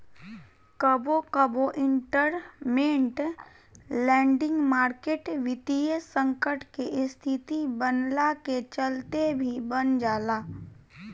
कबो कबो इंटरमेंट लैंडिंग मार्केट वित्तीय संकट के स्थिति बनला के चलते भी बन जाला